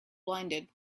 blinded